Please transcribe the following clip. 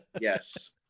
Yes